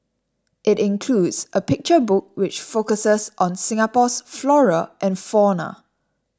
it includes a picture book which focuses on Singapore's flora and fauna